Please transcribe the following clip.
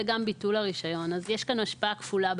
וגם לביטול הרישיון; יש כאן השפעה כפולה,